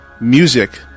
music